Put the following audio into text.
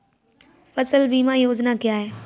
फसल बीमा योजना क्या है?